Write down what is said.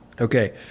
Okay